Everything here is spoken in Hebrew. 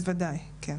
בוודאי, כן.